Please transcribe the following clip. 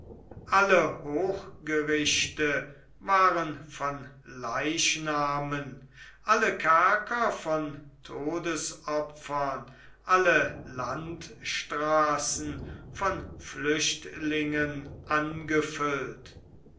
alle hochgerichte waren von leichnamen alle kerker von todesopfern alle landstraßen von flüchtlingen angefüllt